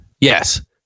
Yes